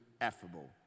affable